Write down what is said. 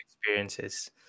experiences